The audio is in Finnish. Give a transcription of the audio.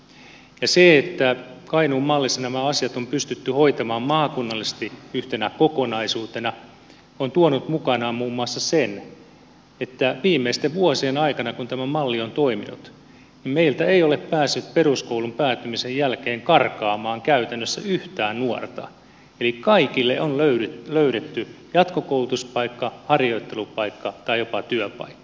se että kainuun mallissa nämä asiat on pystytty hoitamaan maakunnallisesti yhtenä kokonaisuutena on tuonut mukanaan muun muassa sen että viimeisten vuosien aikana kun tämä malli on toiminut meiltä ei ole päässyt peruskoulun päättymisen jälkeen karkaamaan käytännössä yhtään nuorta eli kaikille on löydetty jatkokoulutuspaikka harjoittelupaikka tai jopa työpaikka